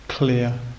clear